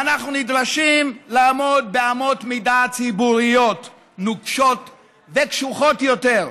ואנחנו נדרשים לעמוד באמות מידה ציבוריות נוקשות וקשוחות יותר.